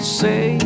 say